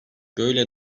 böyle